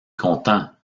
content